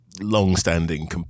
Long-standing